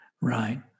right